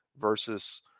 versus